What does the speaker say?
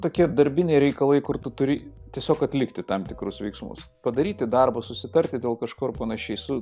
tokie darbiniai reikalai kur tu turi tiesiog atlikti tam tikrus veiksmus padaryti darbus susitarti dėl kažko ir panašiai su